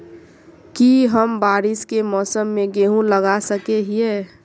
की हम बारिश के मौसम में गेंहू लगा सके हिए?